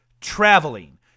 traveling